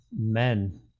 men